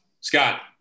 Scott